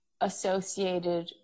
associated